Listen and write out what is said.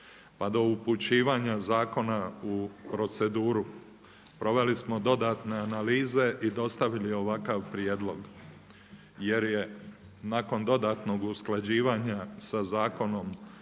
pa do upućivanja zakona u proceduru proveli smo dodatne analize i dostavili ovakav prijedlog, jer je nakon dodatnog usklađivanja sa Zakonom